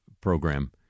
program